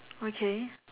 okay